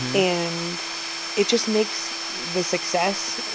and it just makes the success.